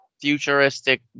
futuristic